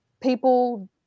people